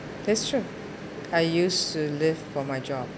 it's true I used to live for my job